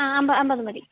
ആ അമ്പത് മതി